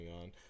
on